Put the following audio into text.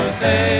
say